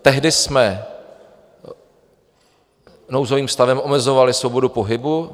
Tehdy jsme nouzovým stavem omezovali svobodu pohybu.